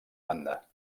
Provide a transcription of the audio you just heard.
banda